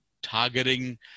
targeting